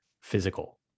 physical